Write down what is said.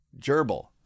Gerbil